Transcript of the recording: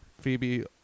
Phoebe